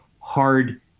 hard